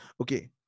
Okay